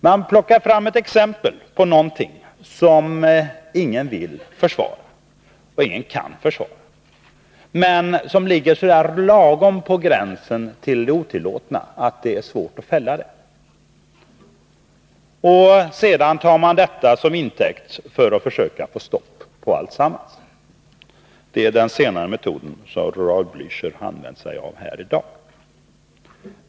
Man plockar fram ett exempel på någonting som ingen vill försvara och ingen kan försvara, men som ligger så där lagom på gränsen till detotillåtna att det är svårt att fälla det. Sedan tar man detta som intäkt för att försöka få stopp på alltsammans. Det är den senare metoden som Raul Blächer använt sig av här i dag.